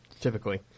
Typically